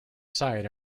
side